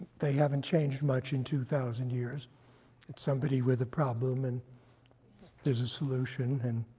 they haven't changed much in two thousand years. and somebody with a problem, and there's a solution, and